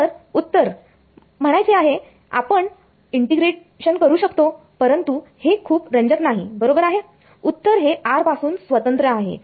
तर उत्तर म्हणायचे आहे आपण इंटिग्रेशन करू शकतो परंतु हे खूप रंजक नाही बरोबर आहे उत्तर हे r पासून स्वतंत्र आहे